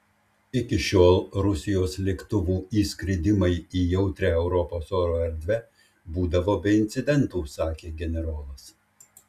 iki šiol rusijos lėktuvų įskridimai į jautrią europos oro erdvę būdavo be incidentų sakė generolas